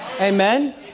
Amen